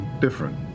different